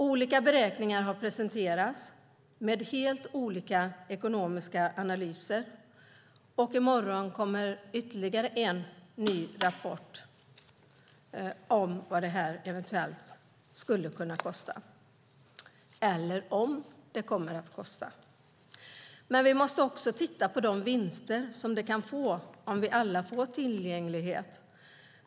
Olika beräkningar har presenterats med helt olika ekonomiska analyser, och i morgon kommer ytterligare en ny rapport om vad det här eventuellt skulle kunna kosta eller om det kommer att kosta. Men vi måste också titta på de vinster som det kan bli om vi alla får tillgänglighet.